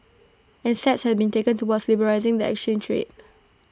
and steps have been taken towards liberalising the exchange rate